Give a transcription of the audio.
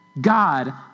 God